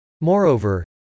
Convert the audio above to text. Moreover